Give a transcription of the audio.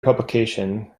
publication